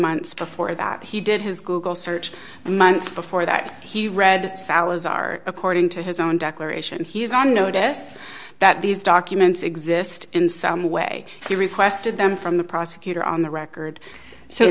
before that he did his google search and months before that he read salazar according to his own declaration he's on notice that these documents exist in some way he requested them from the prosecutor on the record so